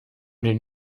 den